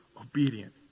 obedient